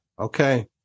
Okay